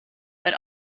but